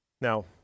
Now